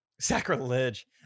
sacrilege